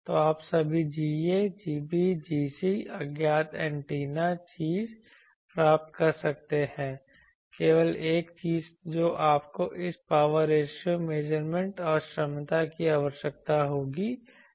तो आप सभी Ga Gb Gc अज्ञात एंटीना चीज़ प्राप्त कर सकते हैं केवल एक चीज जो आपको इस पावर रेशों मेजरमेंट और क्षमता की आवश्यकता होगी तो आप कर सकते हैं